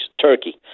Turkey